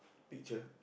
picture